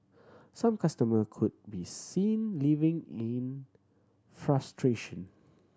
some customer could be seen leaving in frustration